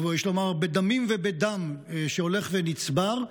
או יש לומר בדמים ובדם שהולך ונצבר,